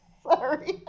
Sorry